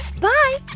Bye